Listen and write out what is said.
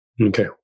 Okay